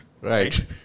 right